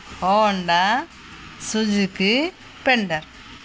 Honda Suzuki splendor